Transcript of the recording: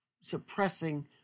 suppressing